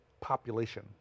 population